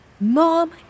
Mom